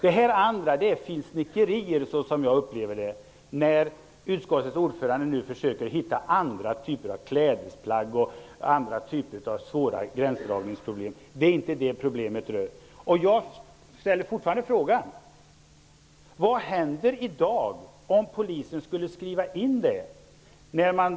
Jag upplever det som att det är finsnickerier när utskottets ordförande talar om andra klädesplagg och försöker visa på svåra gränsdragningsproblem. Det är inte detta som är problemet. Jag ställer fortfarande frågan: Vad händer, om Polisen i dag skulle skriva in villkoret att demonstranterna inte får använda rånarhuva?